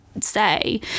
say